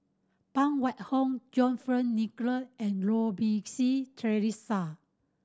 Phan Wait Hong John Fearns Nicoll and Goh Rui Si Theresa